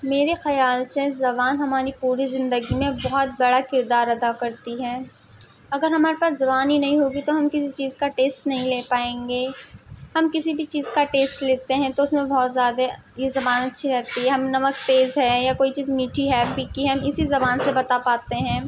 میرے خیال سے زبان ہماری پوری زندگی میں بہت بڑا کردار ادا کرتی ہے اگر ہمارے پاس زبان ہی نہیں ہوگی تو ہم کسی چیز کا ٹیسٹ نہیں لے پائیں گے ہم کسی بھی چیز کا ٹیسٹ لیتے ہیں تو اس میں بہت زیادہ یہ زبان اچھی رہتی ہے ہم نمک تیز ہے یا کوئی چیز میٹھی ہے پھیکی ہے ہم اسی زبان سے بتا پاتے ہیں